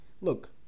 Look